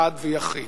אחד ויחיד.